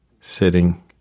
sitting